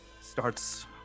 starts